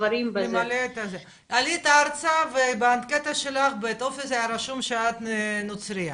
דברים --- עלית ארצה ובטופס שלך היה רשום שאת נוצרייה?